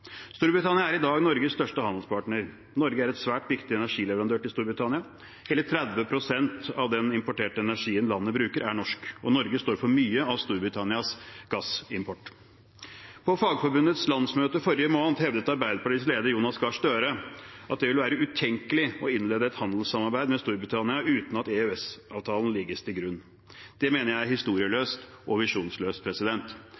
Storbritannia er i dag Norges største handelspartner. Norge er en svært viktig energileverandør til Storbritannia. Hele 30 pst. av den importerte energien landet bruker, er norsk, og Norge står for mye av Storbritannias gassimport. På Fagforbundets landsmøte forrige måned hevdet Arbeiderpartiets leder, Jonas Gahr Støre, at det ville være utenkelig å innlede et handelssamarbeid med Storbritannia uten at EØS-avtalen ble lagt til grunn. Det mener jeg er